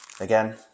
Again